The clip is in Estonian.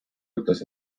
ütles